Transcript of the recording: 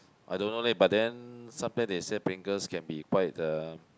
I don't know leh but then sometimes they say pringles can be quite the